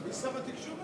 מי שר התקשורת?